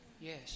Yes